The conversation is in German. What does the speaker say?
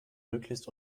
möglichst